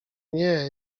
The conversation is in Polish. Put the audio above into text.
nie